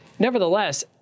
Nevertheless